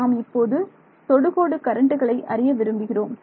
நாம் இப்போது தொடுகோடு கரண்ட்களை அறிய விரும்புகிறோம்